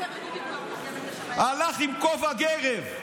הלך עם כובע גרב.